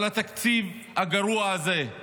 על התקציב הגרוע הזה,